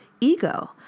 ego